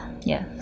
yes